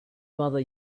mother